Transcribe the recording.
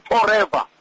forever